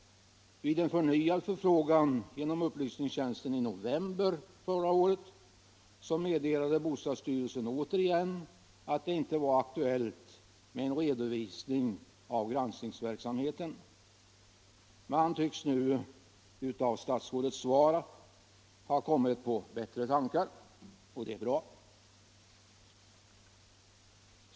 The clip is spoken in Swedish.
Vid en förnyad förfrågan genom upplysningstjänsten i november 1975 meddelade bostadsstyrelsen återigen att det inte var aktuellt med en redovisning av granskningsverksamheten. Man tycks nu, av statsrådets svar att döma, ha kommit på bättre tankar. Och det är bra.